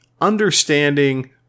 understanding